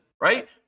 right